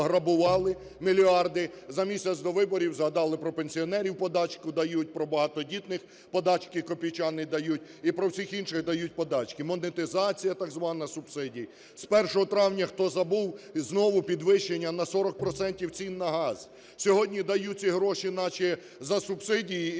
грабували мільярди, за місяць до виборів згадали про пенсіонерів – подачку дають, про багатодітних – подачки копійчані дають, і про всіх інших – дають подачки. Монетизація так звана субсидій. З 1 травня, хто забув, знову підвищення на 40 процентів цін на газ. Сьогодні дають ці гроші наче за субсидії і доплати